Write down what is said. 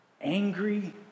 angry